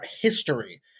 history